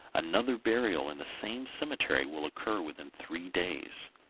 another burial in the same cemetery will occur within three days.